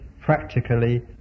practically